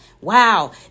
Wow